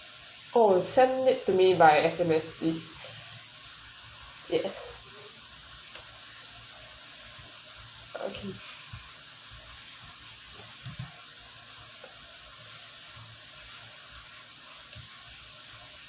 oh send it to me by S_M_S please yes okay